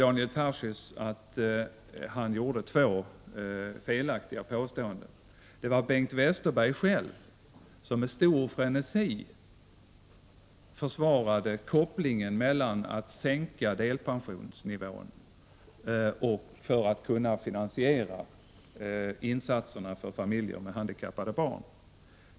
Daniel Tarschys gjorde två felaktiga påståenden. Det var Bengt Westerberg själv som med stor frenesi försvarade kopplingen mellan att sänka delpensionsnivån och finansieringen av insatserna för familjer med handikappade barn.